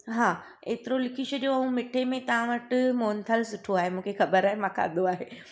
हा एतिरो लिखी छॾियो ऐं मिठे में तव्हां वटि मोहनथाल सुठो आहे मूंखे ख़बर आहे मां खाधो आहे